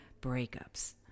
breakups